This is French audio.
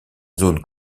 zone